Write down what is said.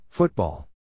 Football